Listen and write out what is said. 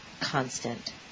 constant